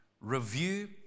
Review